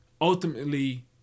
ultimately